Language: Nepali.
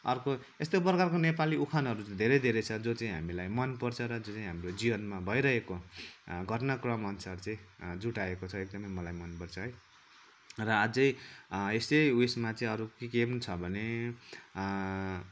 अर्को यस्तै प्रकारको नेपाली उखानहरू चाहिँ धेरै धेरै छ जो चाहिँ हामीलाई मनपर्छ र जो चाहिँ हाम्रो जीवनमा भइरहेको घटनाक्रम अनुसार चाहिँ जुटाएको छ एकदमै मलाई मनपर्छ है र अझै यसै उयेसमा चाहिँ अरू के के पनि छ भने